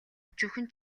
өчүүхэн